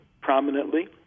prominently